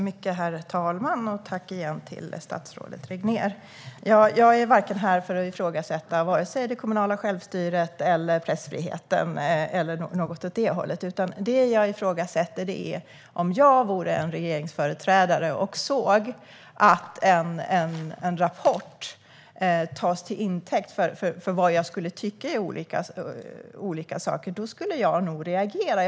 Herr talman! Tack igen, statsrådet Regnér! Jag är inte här för att ifrågasätta vare sig det kommunala självstyret eller pressfriheten. Det jag ifrågasätter är detta: Om jag vore regeringsföreträdare och såg att en rapport togs till intäkt för vad jag tycker i olika frågor skulle jag nog reagera.